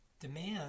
demand